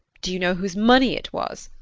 do you know whose money it was?